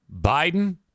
Biden